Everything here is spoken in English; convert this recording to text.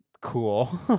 cool